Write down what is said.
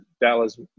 Dallas